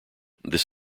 this